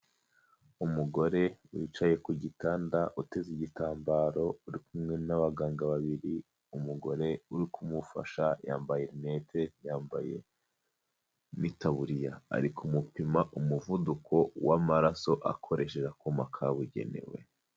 Umugore wicaye ku gitanda uteze igitambaro uri kumwe n'abaganga babiri, umugore uri kumufasha yambaye rinete yambaye n'itaburiya, ari kumupima umuvuduko w'amaraso akoreshe akuma kabugenewe.